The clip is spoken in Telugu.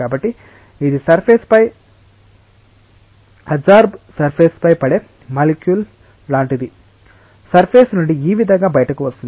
కాబట్టి ఇది సర్ఫేస్పై అడ్సార్బ్డ్ సర్ఫేస్ పై పడే మాలిక్యుల్ లాంటిది సర్ఫేస్ నుండి ఈ విధంగా బయటకు వస్తుంది